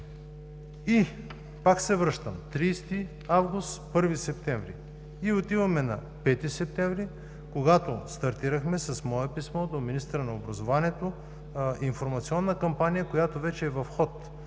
И пак се връщам: 30 август – 1 септември, и отиваме на 5 септември, когато стартирахме с мое писмо до министъра на образованието информационна кампания, която вече е в ход